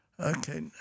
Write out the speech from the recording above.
Okay